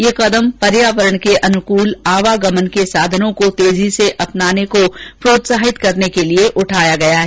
यह कदम पर्यावरण के अनुकूल आवागमन के समाधानों को तेजी से अपनाने को प्रोत्साहित करने के लिए उठाया गया है